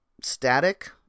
static